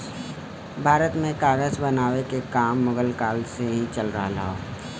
भारत में कागज बनावे के काम मुगल काल से ही चल रहल हौ